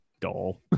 dull